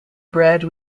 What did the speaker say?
bread